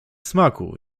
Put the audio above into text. smaku